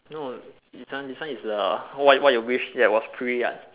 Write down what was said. no this one this one is the what what you wish that was free ah